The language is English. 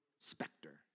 specter